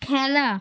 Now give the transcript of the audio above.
খেলা